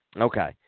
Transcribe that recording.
Okay